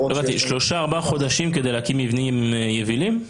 שלושה-ארבעה חודשים כדי להקים מבנים יבילים?